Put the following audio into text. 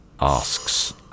Asks